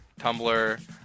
Tumblr